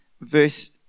verse